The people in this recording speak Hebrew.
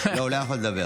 לא, הוא לא יכול לדבר.